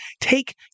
take